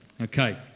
Okay